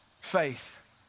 faith